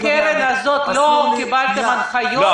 אתם בקרן הזאת לא קיבלתם הנחיות מסוימות?